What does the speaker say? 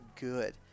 good